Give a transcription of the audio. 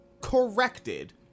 corrected